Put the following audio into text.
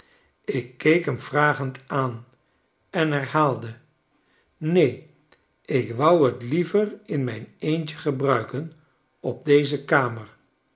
ik keek hem vragend aan en herhaalde neen ik wou j t liever in mijn eentje gebruiken op deze kamer